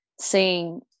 seeing